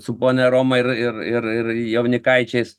su ponia roma ir ir ir ir jaunikaičiais